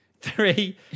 three